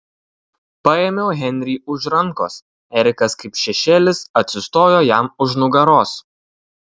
paėmiau henrį už rankos erikas kaip šešėlis atsistojo jam už nugaros